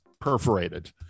perforated